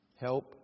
Help